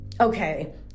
Okay